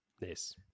Yes